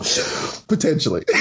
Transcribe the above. Potentially